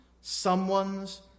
someone's